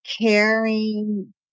caring